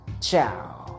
Ciao